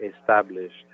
established